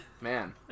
Man